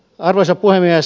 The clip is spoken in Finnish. arvoisa puhemies